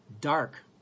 dark